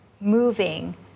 moving